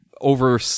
over